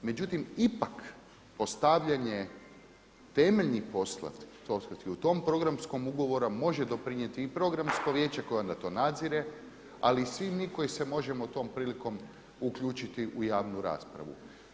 Međutim, ipak postavljanje temeljnih … u tom programskom ugovoru može doprinijeti i Programsko vijeće koje onda to nadzire, ali i svi mi koji se možemo tom prilikom uključiti u javnu raspravu.